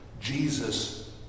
Jesus